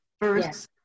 first